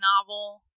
novel